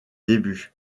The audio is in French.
débuts